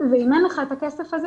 ואם אין לך את הכסף הזה,